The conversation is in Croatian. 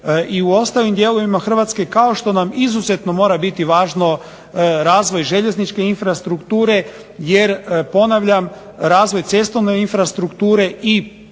i u ostalim dijelovima Hrvatske, kao što nam izuzetno mora biti važno razvoj željezničke infrastrukture, jer ponavljam razvoj cestovne infrastrukture i